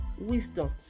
wisdom